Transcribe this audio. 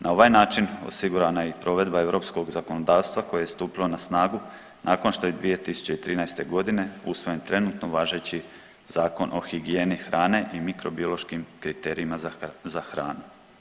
Na ovaj način osigurana je i provedba europskog zakonodavstva koje je stupilo na snagu nakon što je 2013. godine usvojen trenutno važeći Zakon o higijeni hrane i mikrobiološkim kriterijima za hranu.